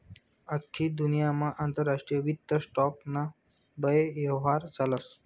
आख्खी दुन्यामा आंतरराष्ट्रीय वित्त स्टॉक ना बये यव्हार चालस